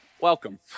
welcome